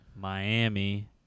Miami